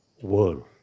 world